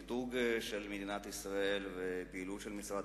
המיתוג של מדינת ישראל והפעילות של משרד